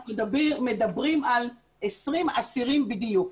אנחנו מדברים על 20 אסירים בדיוק.